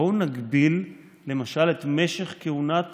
בואו נגביל למשל את משך כהונת